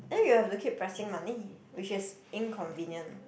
then you have to keep pressing money which is inconvenient